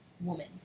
woman